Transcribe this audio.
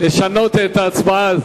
לא, הוא לא הצביע.